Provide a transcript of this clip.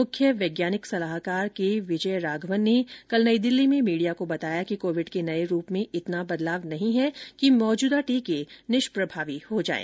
मुख्य वैज्ञानिक सलाहकार के विजय राघवन ने कल नई दिल्ली में मीडिया को बताया कि कोविड के नये रूप में इतना बदलाव नहीं है कि मौजूदा टीके निष्प्रभावी हो जायें